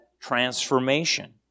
transformation